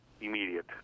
immediate